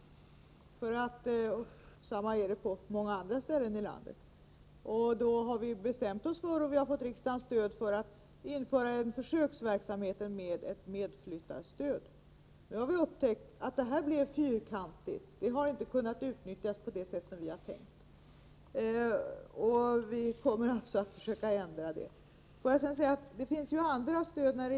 Samma förhållande råder på många andra håll i landet. Vi bestämde oss därför, och fick riksdagens stöd för det, att införa försöksverksamhet med medflyttarstöd. Nu har vi dock upptäckt att detta stöd har blivit fyrkantigt. Det har inte kunnat utnyttjas på det sätt som var tänkt. Därför kommer vi att försöka ändra det. För den som vill starta eget finns andra stöd.